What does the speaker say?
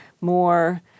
more